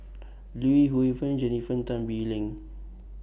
Li Hui Fen Jennifer Tan Bee Leng